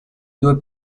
due